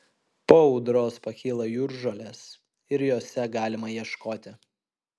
po audros pakyla jūržolės ir jose galima ieškoti